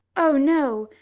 oh no.